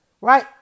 Right